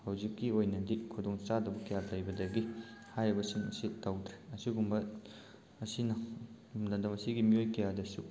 ꯍꯧꯖꯤꯛꯀꯤ ꯑꯣꯏꯅꯗꯤ ꯈꯨꯗꯣꯡ ꯆꯥꯗꯕ ꯀꯌꯥ ꯂꯩꯕꯗꯒꯤ ꯍꯥꯏꯔꯤꯕꯁꯤꯡ ꯑꯁꯤ ꯇꯧꯗ꯭ꯔꯦ ꯑꯁꯤꯒꯨꯝꯕ ꯑꯁꯤꯅ ꯂꯝꯗꯝ ꯑꯁꯤꯒꯤ ꯃꯤꯑꯣꯏ ꯀꯌꯥꯗꯁꯨ